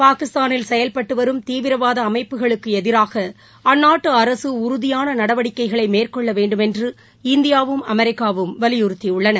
பாகிஸ்தானில் செயல்பட்டு வரும் தீவிரவாத அமைப்புகளுக்கு எதிராக அந்நாட்டு அரசு உறுதியான நடவடிக்கைகளை மேற்கொள்ள வேண்டும் என்று இந்தியாவும் அமெரிக்காவும் வலியுறுத்தியுள்ளன